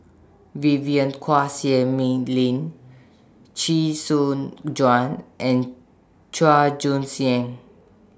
Vivien Quahe Seah Mei Lin Chee Soon Juan and Chua Joon Siang